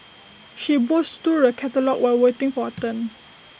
she browsed through the catalogues while waiting for her turn